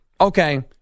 okay